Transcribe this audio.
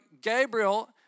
Gabriel